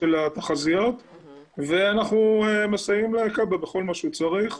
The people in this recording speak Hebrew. התחזיות ואנחנו מסייעים לכבאות והצלה בכל מה שהוא צריך.